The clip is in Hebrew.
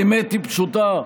האמת היא פשוטה: